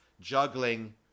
juggling